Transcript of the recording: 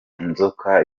nzoka